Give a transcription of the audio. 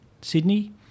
Sydney